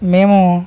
మేము